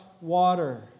water